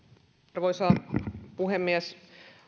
arvoisa puhemies